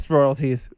royalties